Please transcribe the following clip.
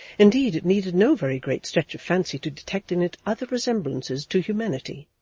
indeed, it needed no very great stretch of fancy to detect in it other resemblances to humanity.